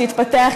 שהתפתח,